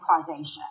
causation